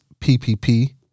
PPP